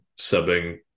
subbing